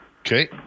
Okay